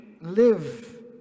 live